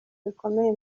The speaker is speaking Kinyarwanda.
bikomeye